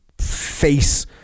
face